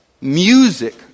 music